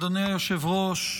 אדוני היושב-ראש,